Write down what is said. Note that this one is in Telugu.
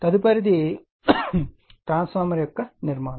తదుపరిది ట్రాన్స్ఫార్మర్ యొక్క నిర్మాణం